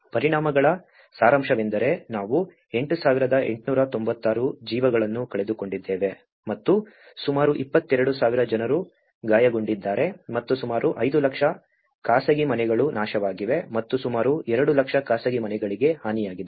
ಪರಿಣಾಮಗಳ ಸಾರಾಂಶವೆಂದರೆ ನಾವು 8896 ಜೀವಗಳನ್ನು ಕಳೆದುಕೊಂಡಿದ್ದೇವೆ ಮತ್ತು ಸುಮಾರು 22000 ಜನರು ಗಾಯಗೊಂಡಿದ್ದಾರೆ ಮತ್ತು ಸುಮಾರು 5 ಲಕ್ಷ ಖಾಸಗಿ ಮನೆಗಳು ನಾಶವಾಗಿವೆ ಮತ್ತು ಸುಮಾರು ಎರಡು ಲಕ್ಷ ಖಾಸಗಿ ಮನೆಗಳಿಗೆ ಹಾನಿಯಾಗಿದೆ